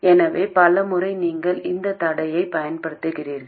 எனவே பல முறை நீங்கள் இந்த தடையையும் பயன்படுத்துகிறீர்கள்